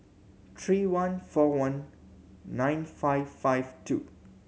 three one four one nine five five two